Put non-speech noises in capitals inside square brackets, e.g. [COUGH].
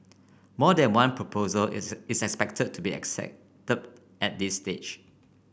more than one proposal is [UNINTELLIGIBLE] is expected to be accepted at this stage